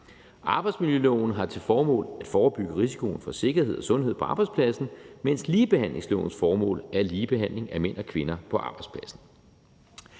Arbejdsmiljøloven har til formål at forebygge risikoen i forhold til sikkerhed og sundhed på arbejdspladsen, mens ligebehandlingslovens formål er ligebehandling af mænd og kvinder på arbejdspladsen.